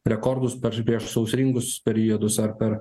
rekordus pasiprieš sausringus periodus ar per